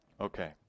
Okay